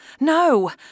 No